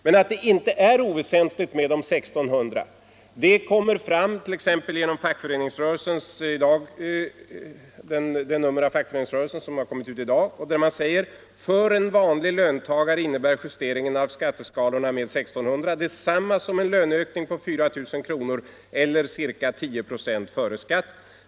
Men att det inte är oväsentligt med de 1 600 kronorna framgår t.ex. av det nummer av Fackföreningsrörelsen som kommit ut i dag och där man säger: ”För en "vanlig" löntagare innebär justeringen av skatteskalorna detsamma som en löneökning på 4 000 kr eller cirka 10 procent före skatt.